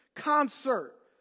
concert